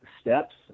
steps